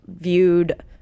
viewed